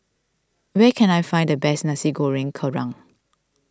where can I find the best Nasi Goreng Kerang